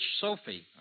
Sophie